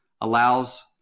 allows